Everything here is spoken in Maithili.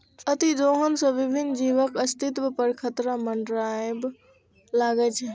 अतिदोहन सं विभिन्न जीवक अस्तित्व पर खतरा मंडराबय लागै छै